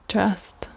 Trust